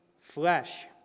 flesh